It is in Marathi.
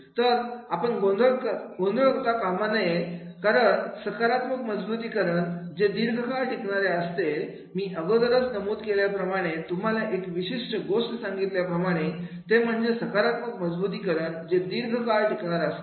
तर आपण गोंधळ जाता कामा नये कारण सकारात्मक मजबुतीकरण जे दीर्घकाळ टिकणार असते मी अगोदरच नमूद केल्याप्रमाणे तुम्हाला एक विशिष्ट गोष्ट सांगितल्याप्रमाणे ते म्हणजे सकारात्मक मजबुतीकरण जे दीर्घकाळ टिकणार असेल